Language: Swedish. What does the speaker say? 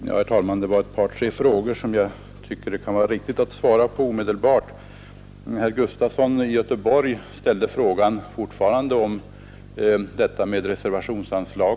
Herr talman! Här har ställts ett par tre frågor som jag tycker det är riktigt att jag svarar på omedelbart.